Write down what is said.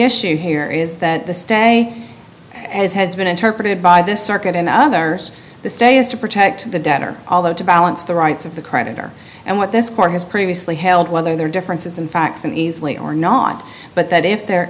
issue here is that the stay as has been interpreted by this circuit and others the stay is to protect the debtor although to balance the rights of the creditor and what this court has previously held whether there are differences in facts and easily or not but that if there